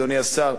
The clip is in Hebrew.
אדוני השר,